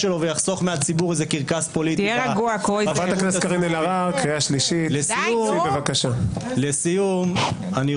שאתה --- יש לי סדר, נא